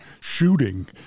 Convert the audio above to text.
shooting